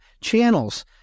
channels